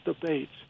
debates